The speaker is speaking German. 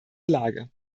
lage